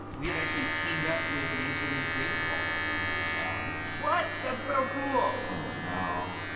we have actually teamed up with major league baseball to bring you a challenge. what? that's so cool. oh, no.